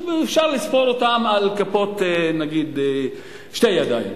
אפשר לספור אותם על אצבעות שתי ידיים.